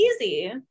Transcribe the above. easy